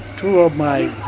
two of my